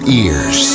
ears